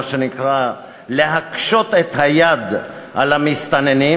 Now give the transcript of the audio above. מה שנקרא "להקשות את היד על המסתננים",